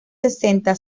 sesenta